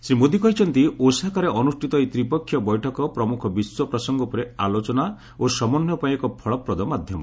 ଶ୍ରୀ ମୋଦି କହିଛନ୍ତି ଓସାକାରେ ଅନୁଷ୍ଠିତ ଏହି ତ୍ରିପକ୍ଷୀୟ ବୈଠକ ପ୍ରମୁଖ ବିଶ୍ୱ ପ୍ରସଙ୍ଗ ଉପରେ ଆଲୋଚନା ଓ ସମନ୍ୱୟ ପାଇଁ ଏକ ଫଳପ୍ରଦ ମାଧ୍ୟମ